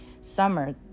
summer